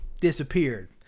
disappeared